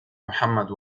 mohammad